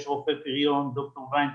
יש רופא פריון ד"ר וינטראוב,